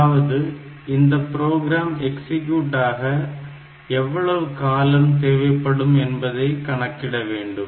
அதாவது இந்த program execute ஆக எவ்வளவு காலம் தேவைப்படும் என்பதை கணக்கிட வேண்டும்